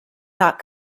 not